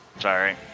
sorry